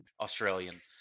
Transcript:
Australian